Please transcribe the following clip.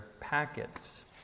packets